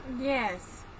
Yes